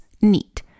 NEAT